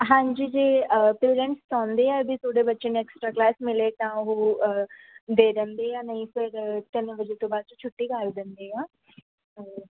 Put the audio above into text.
ਹਾਂਜੀ ਜੇ ਪੇਰੈਂਟਸ ਚਾਹੁੰਦੇ ਆ ਵੀ ਤੁਹਾਡੇ ਬੱਚੇ ਨੂੰ ਐਕਸਟਰਾ ਕਲਾਸ ਮਿਲੇ ਤਾਂ ਉਹ ਦੇ ਜਾਂਦੇ ਆ ਨਹੀਂ ਫਿਰ ਤਿੰਨ ਵਜੇ ਤੋਂ ਬਾਅਦ 'ਚੋਂ ਛੁੱਟੀ ਕਰ ਦਿੰਦੇ ਆ